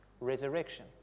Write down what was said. resurrection